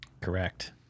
Correct